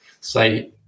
say